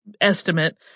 estimate